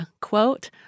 quote